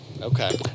Okay